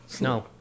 No